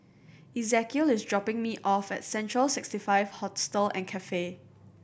Ezekiel is dropping me off at Central Sixty Five Hostel and Cafe